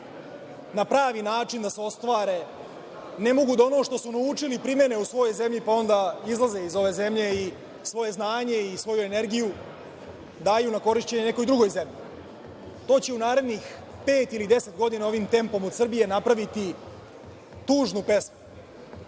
na pravi način da se ostvare, ne mogu da ono što su naučili primene u svojoj zemlji, pa onda izlaze iz ove zemlje i svoje znanje i svoju energiju daju na korišćenje nekoj drugoj zemlji. To će u narednih pet ili deset godina ovim tempom od Srbije napraviti tužnu pesmu.